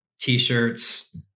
T-shirts